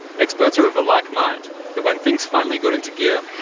experts are of a like mind that when things finally got into gear,